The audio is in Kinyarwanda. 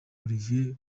olivier